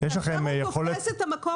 רכב תופס את המקום,